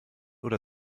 oder